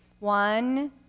One